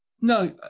No